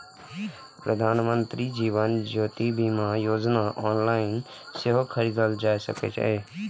प्रधानमंत्री जीवन ज्योति बीमा योजना ऑनलाइन सेहो खरीदल जा सकैए